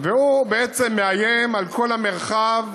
והוא בעצם מאיים על כל המרחב,